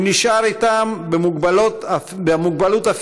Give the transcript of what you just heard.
הוא נשאר איתם במוגבלות הפיזית,